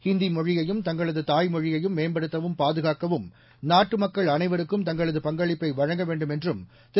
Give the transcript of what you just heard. ஹிந்தி மொழியையும் தங்களது தாய்மொழியையும் மேம்படுத்தவும் பாதுகாக்கவும் நாட்டு மக்கள் அனைவரும் தங்களது பங்களிப்பை வழங்க வேண்டும் என்றும் திரு